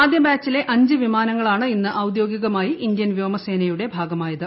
ആദ്യ ബാച്ചിലെ അഞ്ച് വിമാന ങ്ങളാണ് ഇന്ന് ഓദ്യോഗികമായി ഇന്ത്യൻ വ്യോമസേനയുടെ ഭാഗമായത്